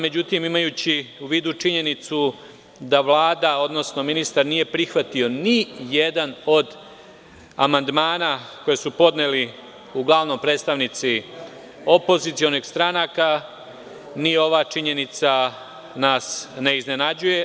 Međutim, imajući u vidu činjenicu da Vlada, odnosno ministar nije prihvatio nijedan od amandmana koje su podneli uglavnom predstavnici opozicionih stranaka, ni ova činjenica nas ne iznenađuje.